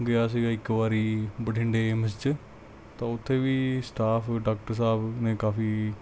ਗਿਆ ਸੀਗਾ ਇੱਕ ਵਾਰੀ ਬਠਿੰਡੇ ਏਮਜ਼ 'ਚ ਤਾਂ ਉੱਥੇ ਵੀ ਸਟਾਫ ਡਾਕਟਰ ਸਾਹਿਬ ਨੇ ਕਾਫੀ